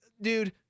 Dude